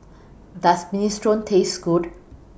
Does Minestrone Taste Good